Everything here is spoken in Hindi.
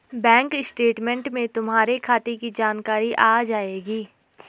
बैंक स्टेटमैंट में तुम्हारे खाते की जानकारी आ जाएंगी